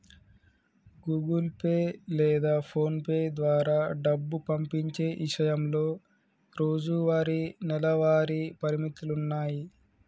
Google Pay లేదా పోన్పే ద్వారా డబ్బు పంపించే ఇషయంలో రోజువారీ, నెలవారీ పరిమితులున్నాయి